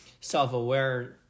self-aware